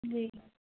जी